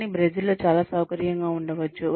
కానీ బ్రెజిల్లో చాలా సౌకర్యంగా ఉండవచ్చు